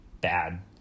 bad